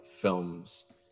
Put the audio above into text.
films